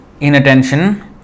inattention